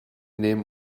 nehmen